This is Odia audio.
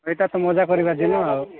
ଏଇଟା ତ ମଜା କରିବା ଦିନ ଆଉ